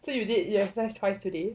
so you did you exercised twice today